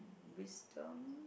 wisdom